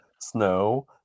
snow